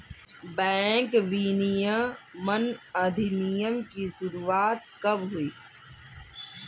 Bank विनियमन अधिनियम की शुरुआत कब हुई?